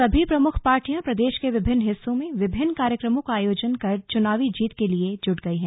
सभी प्रमुख पार्टियां प्रदेश के विभिन्न हिस्सों में विभिन्न कार्यक्रमों का आयोजन कर चुनावी जीत के लिए जुट गई हैं